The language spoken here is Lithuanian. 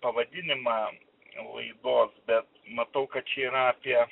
pavadinimą laidos bet matau kad čia yra apie